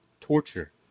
torture